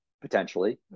potentially